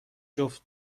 جفت